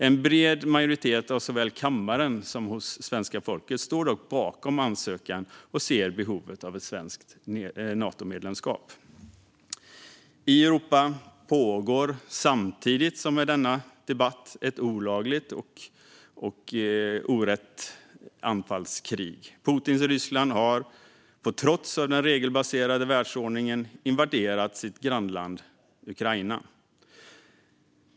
En bred majoritet i såväl kammaren som svenska folket står dock bakom ansökan och ser behovet av svenskt Natomedlemskap. I Europa pågår, samtidigt med denna debatt, ett olagligt och orätt anfallskrig. Putins Ryssland har, på tvärs mot den regelbaserade världsordningen, invaderat sitt grannland Ukraina.